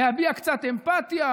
להביע קצת אמפתיה,